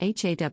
HAW